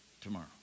tomorrow